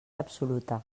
absoluta